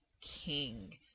king